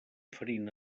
farina